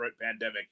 pandemic